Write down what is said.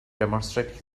demonstrate